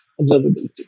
observability